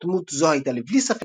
בשלהי המאה השישית לספירת הנוצרים.